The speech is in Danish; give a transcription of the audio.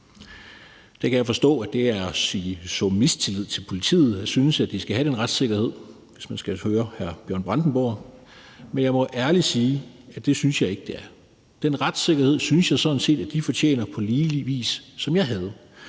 Jeg kan forstå, at det er at så mistillid til politiet at synes, at de skal have den retssikkerhed, når man hører hr. Bjørn Brandenborg, men jeg må ærligt sige, at det synes jeg ikke det er. Den retssikkerhed synes jeg sådan set de fortjener på samme vis som mig,